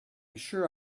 sure